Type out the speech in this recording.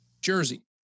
Jersey